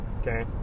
okay